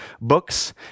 books